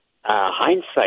hindsight